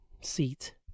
seat